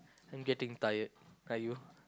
I'm getting tired are you